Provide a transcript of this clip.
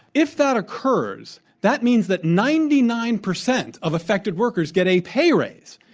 if that occurs, that means that ninety nine percent of affected workers get a pay raise.